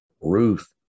Ruth